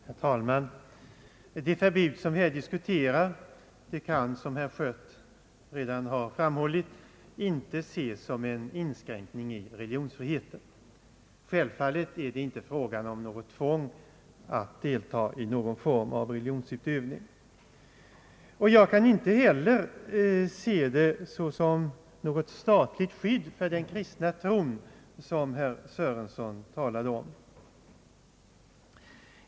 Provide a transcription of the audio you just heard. Herr talman! Det förbud vi här diskuterar kan som herr Schött redan har framhållit inte ses som en inskränkning i religionsfriheten. Självfallet är det inte fråga om något tvång att delta i någon form av religionsutövning. Jag kan inte heller se det som något statligt skydd för den kristna tron, som herr Sörenson talade om.